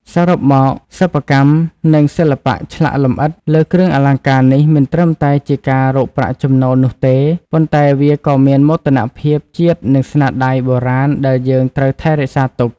សរុបមកសិប្បកម្ម និងសិល្បៈឆ្លាក់លម្អិតលើគ្រឿងអលង្ការនេះមិនត្រឺមតែជាការរកប្រាក់ចំណូលនោះទេ ប៉ុន្តែវាក៏ជាមោទនភាពជាតិនិងស្នាដៃបុរាណដែលយើងត្រូវថែរក្សាទុក។